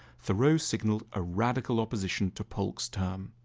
thoreau signalled a radical opposition to polk's term.